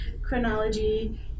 chronology